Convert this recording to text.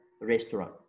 restaurant